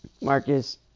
Marcus